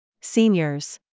Seniors